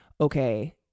okay